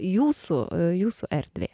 jūsų jūsų erdvė